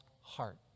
heart